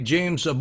James